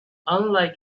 unlike